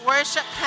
Worship